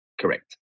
correct